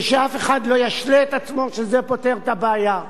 ושאף אחד לא ישלה את עצמו שזה פותר את הבעיה.